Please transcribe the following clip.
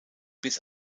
bis